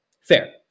fair